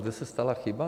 No kde se stala chyba?